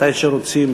מתי שרוצים,